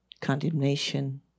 condemnation